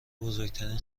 بزرگترین